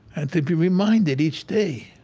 and to be reminded each day